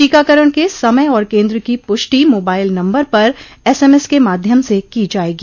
टीकाकरण के समय और केंद्र की पुष्टि मोबाइल नम्बर पर एस एम एस के माध्यम से की जायेगी